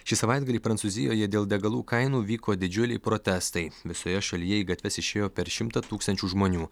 šį savaitgalį prancūzijoje dėl degalų kainų vyko didžiuliai protestai visoje šalyje į gatves išėjo per šimtą tūkstančių žmonių